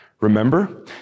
Remember